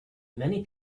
many